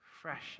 fresh